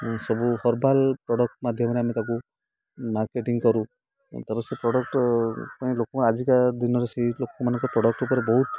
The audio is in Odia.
ସବୁ ହର୍ବାଲ୍ ପ୍ରଡ଼କ୍ଟ ମାଧ୍ୟମରେ ଆମେ ତାକୁ ମାର୍କେଟିଂ କରୁ ତା'ର ସେ ପ୍ରଡ଼କ୍ଟ ପାଇଁ ଆଜିକା ଦିନରେ ସେହି ଲୋକମାନଙ୍କ ପ୍ରଡ଼କ୍ଟ ଉପରେ ବହୁତ